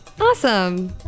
Awesome